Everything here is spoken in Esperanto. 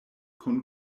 kun